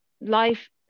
Life